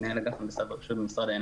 מנהל אגף במשרד האנרגיה.